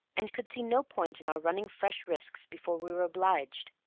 and could see no point in our running fresh risks before we were obliged.